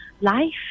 life